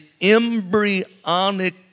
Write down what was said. embryonic